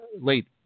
late